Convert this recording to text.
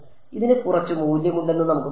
ഇതിന് കുറച്ച് മൂല്യമുണ്ടെന്ന് നമുക്ക് പറയാം